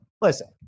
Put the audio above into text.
Listen